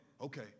Okay